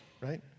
right